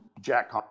Jack